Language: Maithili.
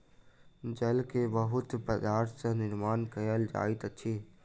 जाल के बहुत पदार्थ सॅ निर्माण कयल जाइत अछि